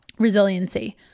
Resiliency